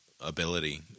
ability